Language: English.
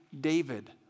David